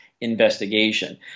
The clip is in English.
investigation